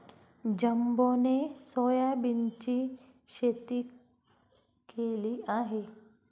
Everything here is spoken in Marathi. जंबोने सोयाबीनची शेती केली आहे